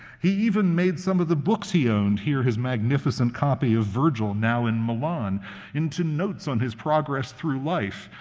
he even made some of the books he owned here his magnificent copy of virgil, now in milan into notes on his progress through life.